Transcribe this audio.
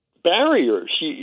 barriers